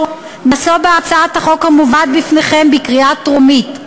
נסבה הצעת החוק המובאת לפניכם לקריאה טרומית.